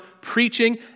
preaching